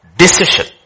decision